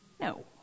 No